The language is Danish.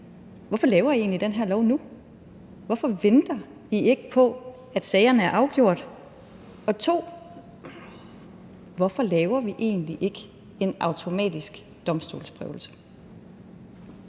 Hvorfor laver regeringen egentlig den her lov nu? Hvorfor venter regeringen ikke på, at sagerne er afgjort? For det andet: Hvorfor laver vi egentlig ikke en automatisk domstolsprøvelse?